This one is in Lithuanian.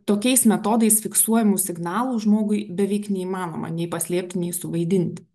tokiais metodais fiksuojamų signalų žmogui beveik neįmanoma nei paslėpti nei suvaidinti